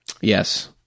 Yes